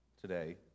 today